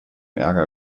ärger